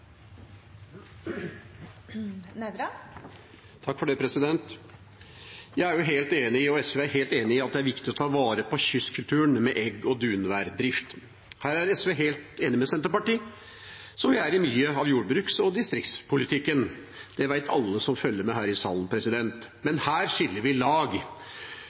helt enig i at det er viktig å ta vare på kystkulturen med dens egg- og dunværdrift. Her er SV helt enig med Senterpartiet, som vi er når det gjelder mye av jordbruks- og distriktspolitikken. Det vet alle som følger med her i salen. Men her skiller vi lag.